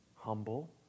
Humble